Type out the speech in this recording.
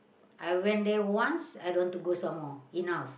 I went there once I don't want to go some more enough